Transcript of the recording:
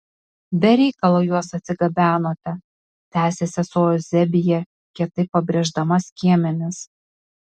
be reikalo juos atsigabenote tęsė sesuo euzebija kietai pabrėždama skiemenis